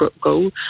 go